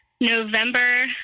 November